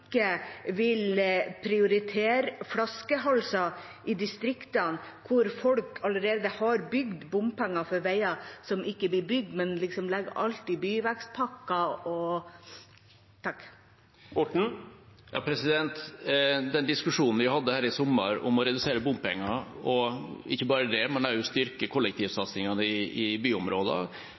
vil prioritere flaskehalser i distriktene hvor folk allerede har betalt bompenger for veier som ikke blir bygd, men legger alt i byvekstpakker osv.? Diskusjonen vi hadde her i sommer om å redusere bompenger og også å styrke kollektivsatsingene i byområder, var en interessant diskusjon på mange måter. Utfallet av det